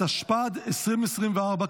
התשפ"ד 2024,